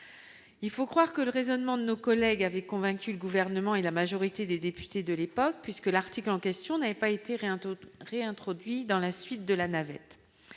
il faut croire que le raisonnement de nos collègues avaient convaincu le gouvernement et la majorité des députés de l'époque, puisque l'article en question n'avait pas été réintroduit réintroduit dans la suite de la navette